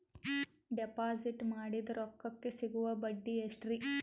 Deposit ಮಾಡಿದ ರೊಕ್ಕಕೆ ಸಿಗುವ ಬಡ್ಡಿ ಎಷ್ಟ್ರೀ?